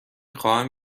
خواهم